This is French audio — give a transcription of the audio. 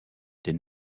des